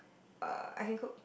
err I can cook